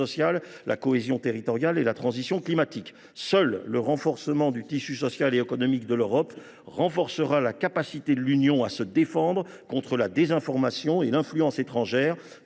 la cohésion territoriale et la transition climatique. Seul le renforcement du tissu social et économique de l’Europe renforcera la capacité de l’Union à se défendre contre la désinformation et l’influence étrangère.